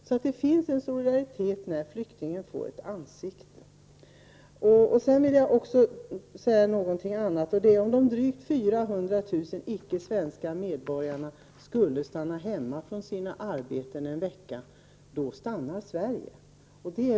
Det finns alltså en solidaritet med flyktingarna när de får ett ansikte. Jag vill även säga något om vad som skulle hända om de drygt 400 000 icke svenska medborgarna skulle stanna hemma från sina arbeten en vecka. Då skulle Sverige stanna.